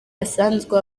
asanzwe